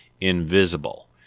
invisible